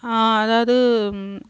அதாவது